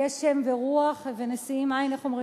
גשם ורוח ונשיאים אין, איך אומרים את זה?